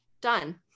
Done